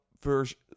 version